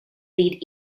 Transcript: lead